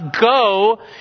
go